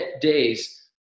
days